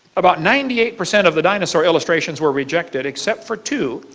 about ninety eight percent of the dinosaur illustrations were rejected except for two.